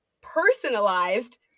personalized